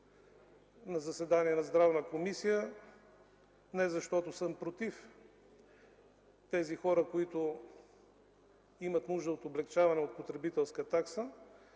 на заседанието на Здравната комисия, не защото съм против хората, които имат нужда от облекчаване от потребителска такса,